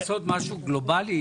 אי-אפשר לעשות משהו גלובלי?